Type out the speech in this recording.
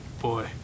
Boy